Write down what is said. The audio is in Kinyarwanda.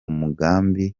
mugambi